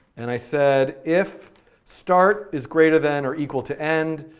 and i said if start is greater than or equal to end,